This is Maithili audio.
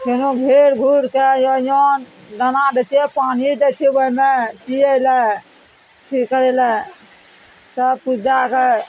फेनो घेर घुरि कए अइ यएयोन दाना दै छियै पानि दै छियै ओइमे पीयै लए अथी करयलए सबकिछु दए कए